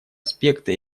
аспекта